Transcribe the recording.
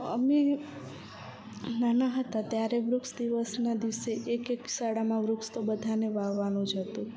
અમે નાના હતા ત્યારે વૃક્ષ દિવસના દિવસે એક એક શાળામાં વૃક્ષ તો બધાને વાવવાનું જ હતું